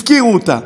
הפקירו אותה.